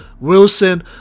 Wilson